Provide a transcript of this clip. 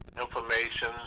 information